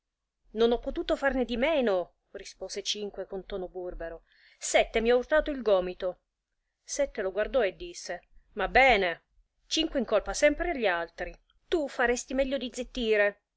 non ho potuto farne di meno rispose cinque con tuono burbero sette mi ha urtato il gomito sette lo guardò e disse ma bene cinque incolpa sempre gli altri tu faresti meglio di zittire